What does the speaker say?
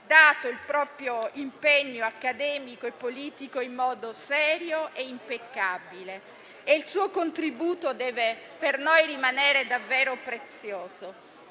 mostrato il proprio impegno accademico e politico in modo serio e impeccabile e il suo contributo deve per noi rimanere davvero prezioso.